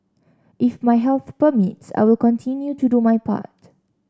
if my health permits I will continue to do my part